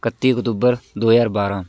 ਇਕੱਤੀ ਅਕਤੂਬਰ ਦੋ ਹਜ਼ਾਰ ਬਾਰ੍ਹਾਂ